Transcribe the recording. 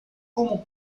como